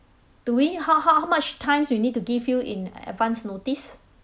do we need how how how much times we need to give you in advance notice